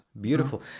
Beautiful